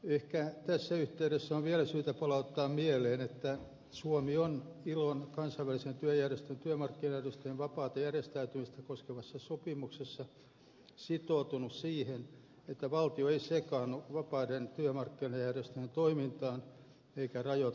ehkä tässä yhteydessä on vielä syytä palauttaa mieleen että suomi on ilon kansainvälisen työjärjestön työmarkkinaedustajan vapaata järjestäytymistä koskevassa sopimuksessa sitoutunut siihen että valtio ei sekaannu vapaiden työmarkkinajärjestöjen toimintaan eikä rajoita sitä